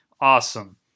awesome